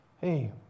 hey